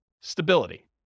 stability